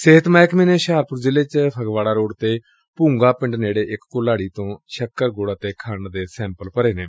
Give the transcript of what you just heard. ਸਿਹਤ ਮਹਿਕਮੇ ਨੇ ਹੁਸ਼ਿਆਰਪੁਰ ਜ਼ਿਲ੍ਫੇ ਚ ਫਗਵਾੜਾ ਰੋਡ ਤੇ ਭੂੰਗਾ ਪਿੰਡ ਨੇੜੇ ਇਕ ਘੁਲਾੜੀ ਤੋਂ ਸੱਕਰ ਗੁੜ ਅਤੇ ਖੰਡ ਦੇ ਸੈਂਪਲ ਭਰੇ ਨੇ